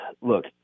look